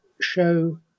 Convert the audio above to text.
show